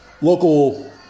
Local